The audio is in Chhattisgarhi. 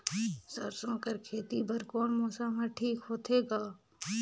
सरसो कर खेती बर कोन मौसम हर ठीक होथे ग?